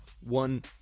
one